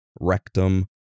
rectum